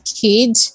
kid